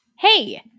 Hey